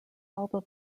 album